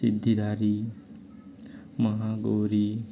Siddhidatri Mahagauri